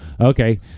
okay